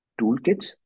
toolkits